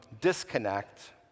disconnect